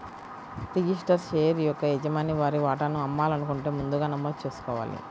registered share యొక్క యజమాని వారి వాటాను అమ్మాలనుకుంటే ముందుగా నమోదు చేసుకోవాలి